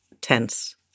tense